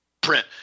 print